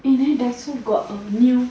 eh then Daiso got a new